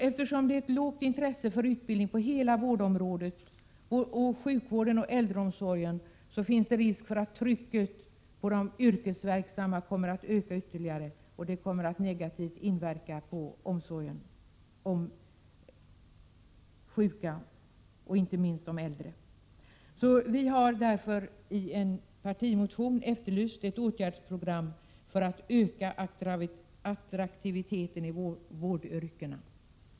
Eftersom det är ett svagt intresse för utbildning på hela vårdområdet, inom sjukvården och äldreomsorgen, finns det risk för att trycket på de yrkesverksamma ökar ytterligare, och det kommer att inverka negativt på omsorgen om de sjuka och inte minst de äldre. Vi har därför i en partimotion från centerpartiet efterlyst ett åtgärdsprogram för att öka attraktiviteten i vårdyrkena.